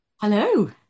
Hello